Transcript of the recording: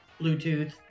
Bluetooth